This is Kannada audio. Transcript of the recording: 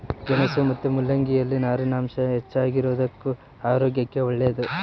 ಗೆಣಸು ಮತ್ತು ಮುಲ್ಲಂಗಿ ಯಲ್ಲಿ ನಾರಿನಾಂಶ ಹೆಚ್ಚಿಗಿರೋದುಕ್ಕ ಆರೋಗ್ಯಕ್ಕೆ ಒಳ್ಳೇದು